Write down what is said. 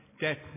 Death